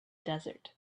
desert